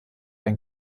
ein